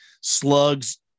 slugs